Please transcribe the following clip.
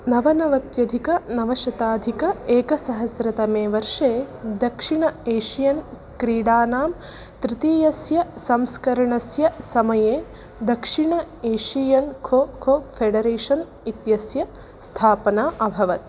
नवनवत्यधिकनवशताधिक एकसहस्र तमे वर्षे दक्षिण एशियन् क्रीडानां तृतीयस्य संस्करणस्य समये दक्षिण एशियन् खोखो फेडरेशन् इत्यस्य स्थापना अभवत्